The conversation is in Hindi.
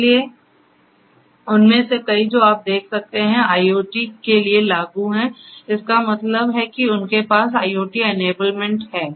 इसलिए उनमें से कई जो आप देख सकते हैं IoT के लिए लागू हैं इसका मतलब है कि उनके पास IoT Enablement है